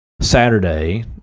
Saturday